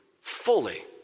fully